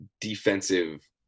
defensive